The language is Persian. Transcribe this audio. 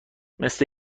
مثل